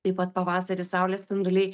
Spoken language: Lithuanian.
taip pat pavasarį saulės spinduliai